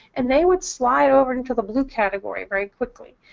and they would slide over into the blue category very quickly.